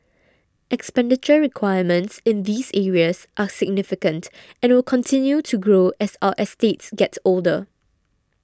expenditure requirements in these areas are significant and will continue to grow as our estates get older